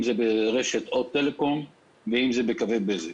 ברשת הוט-טלקום או בקווי בזק.